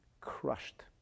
crushed